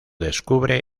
descubre